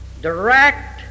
direct